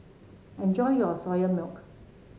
enjoy your Soya Milk